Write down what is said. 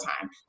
time